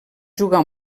jugar